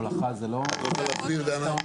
רוצה להסביר, דנה?